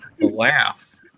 laughs